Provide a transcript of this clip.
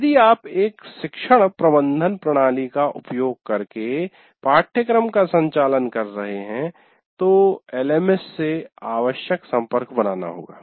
यदि आप एक शिक्षण प्रबंधन प्रणाली का उपयोग करके पाठ्यक्रम का संचालन कर रहे हैं तो एलएमएस से आवश्यक संपर्क बनाना होगा